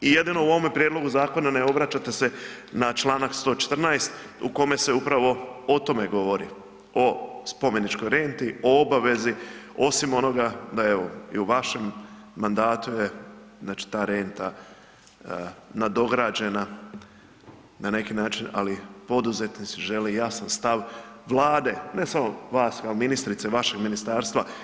I jedino u ovome prijedlogu zakona ne obraćate se na čl. 114. u kome se upravo o tome govori, o spomeničkoj renti, o obavezi, osim onoga da evo, i u vašem mandatu je znači ta renta nadograđena na neki način, ali poduzetnici žele jasan stav Vlade, ne samo vas kao ministrice, vašeg ministarstva.